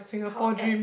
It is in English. how apt